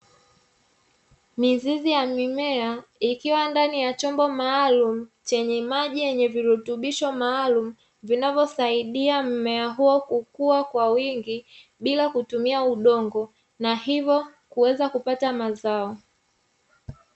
Mizizi ya mimea ikiwa ndani ya chombo maalum chenye maji yenye virutubisho maalumu, vinavyosaidia mmea huo kukua kwa wingi bila kutumia udongo na hivyo kuweza kupata mazao.